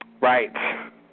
Right